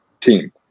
team